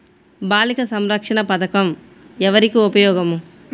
బాలిక సంరక్షణ పథకం ఎవరికి ఉపయోగము?